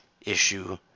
issue